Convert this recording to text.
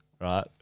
right